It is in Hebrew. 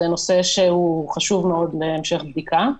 זה נושא שהוא חשוב מאוד להמשך בדיקה.